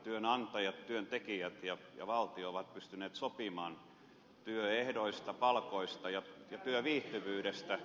työnantajat työntekijät ja valtio ovat pystyneet sopimaan työehdoista palkoista ja työviihtyvyydestä